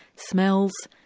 smells,